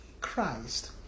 Christ